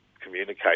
communicate